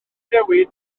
newid